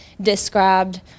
described